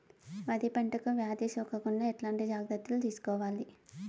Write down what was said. వరి పంటకు వ్యాధి సోకకుండా ఎట్లాంటి జాగ్రత్తలు తీసుకోవాలి?